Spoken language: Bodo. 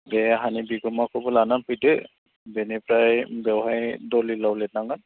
बे हानि बिगोमाखौबो लानानै फैदो बेनिफ्राय बेवहाय दलिलआव लिरनांगोन